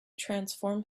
transform